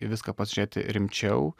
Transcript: į viską pasižiūrėti rimčiau